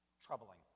troubling